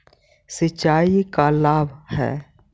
सिंचाई का लाभ है?